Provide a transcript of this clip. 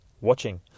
watching